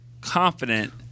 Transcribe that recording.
confident